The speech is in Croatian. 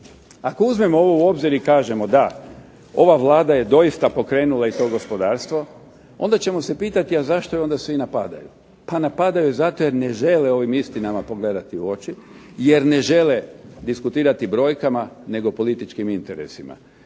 Ako uzmemo ovu u obzir i kažemo da ova Vlada je doista pokrenula i to gospodarstvo onda ćemo se pitati, a zašto je onda svi napadaju? Pa napadaju je zato jer ne žele ovim istinama pogledati u oči, jer ne žele diskutirati brojkama nego političkim interesima.